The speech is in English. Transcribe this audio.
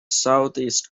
southeast